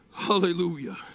Hallelujah